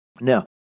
now